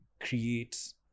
create